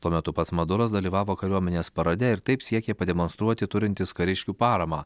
tuo metu pats maduras dalyvavo kariuomenės parade ir taip siekė pademonstruoti turintis kariškių paramą